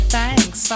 Thanks